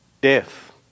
death